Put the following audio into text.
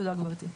תודה, גברתי.